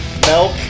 Milk